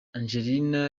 angelina